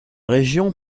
région